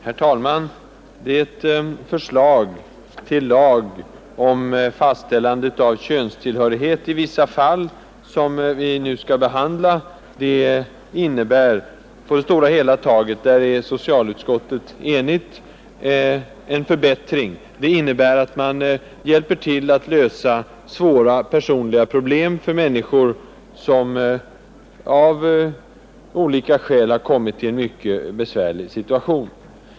Herr talman! Det förslag till lag om fastställande av könstillhörighet i vissa fall, som vi nu skall behandla, innebär på det stora hela taget — därom är socialutskottet enigt — en förbättring. Det innebär att man hjälper till att lösa svåra personliga problem för människor i en mycket besvärlig situation.